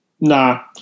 Nah